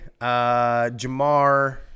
Jamar